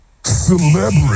Celebrity